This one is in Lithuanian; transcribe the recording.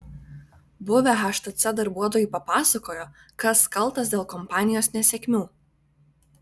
buvę htc darbuotojai papasakojo kas kaltas dėl kompanijos nesėkmių